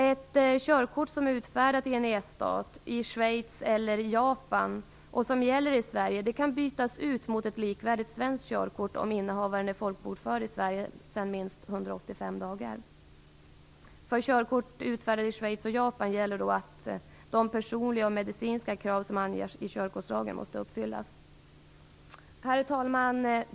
Ett körkort som är utfärdat i en EES-stat eller i Schweiz eller Japan och som gäller i Sverige kan bytas ut mot ett likvärdigt svenskt körkort, om innehavaren är folkbokförd i Sverige sedan minst 185 dagar. För körkort utfärdade i Schweiz och Japan gäller att de personliga och medicinska krav som anges i körkortslagen måste uppfyllas. Herr talman!